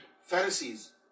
Pharisees